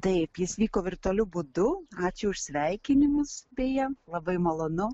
taip jis vyko virtualiu būdu ačiū už sveikinimus beje labai malonu